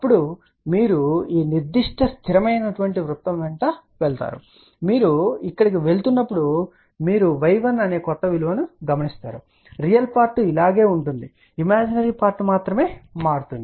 అప్పుడు మీరు ఈ నిర్దిష్ట స్థిరమైన వృత్తం వెంట వెళ్తారు మరియు మీరు ఇక్కడకు వెళ్తున్నప్పుడు మీరు y1 అనే క్రొత్త విలువను పేర్కొంటారు రియల్ పార్ట్ ఇలాగే ఉంటుందని గుర్తుంచుకోండి ఇమేజినరీ పార్ట్ మాత్రమే మారుతుంది